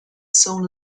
solar